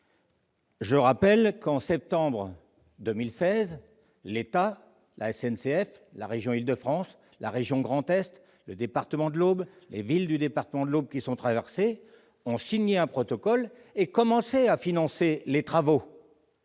Je rappelle qu'en septembre 2016, l'État, la SNCF, la région Île-de-France, la région Grand Est, le département de l'Aube et les villes de ce département qui sont traversées par une ligne ferroviaire ont signé un protocole et commencé à financer les travaux.